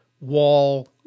wall